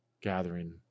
gathering